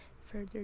further